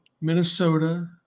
minnesota